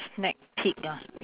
snack peek ah